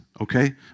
okay